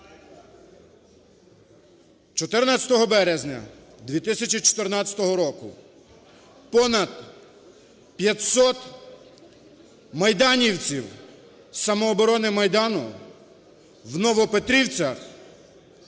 14 березня 2014 року понад 500майданівців з "Самооборони Майдану" в Новопетрівцях